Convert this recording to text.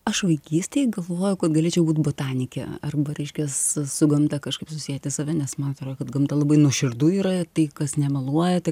aš vaikystėj galvojau kad galėčiau būt botanike arba reiškias su gamta kažkaip susieti save nes man atrodo kad gamta labai nuoširdu yra tai kas nemeluoja tai